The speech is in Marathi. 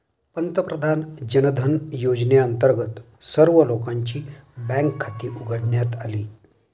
पंतप्रधान जनधन योजनेअंतर्गत सर्व लोकांची बँक खाती उघडण्यात आली